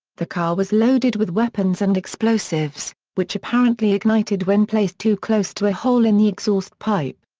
the car was loaded with weapons and explosives, which apparently ignited when placed too close to a hole in the exhaust pipe.